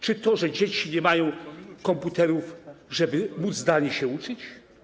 Czy to, że dzieci nie mają komputerów, żeby móc zdalnie się uczyć?